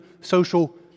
social